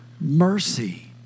mercy